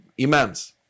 Imams